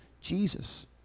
Jesus